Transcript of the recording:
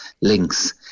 links